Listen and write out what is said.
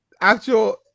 actual